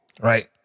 right